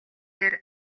дээр